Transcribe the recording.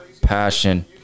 passion